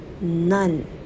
None